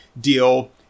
deal